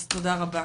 אז תודה רבה.